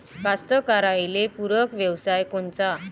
कास्तकाराइले पूरक व्यवसाय कोनचा?